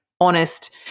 Honest